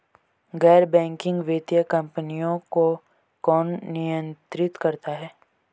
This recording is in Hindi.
गैर बैंकिंग वित्तीय कंपनियों को कौन नियंत्रित करता है?